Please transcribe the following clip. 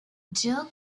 jill